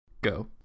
Go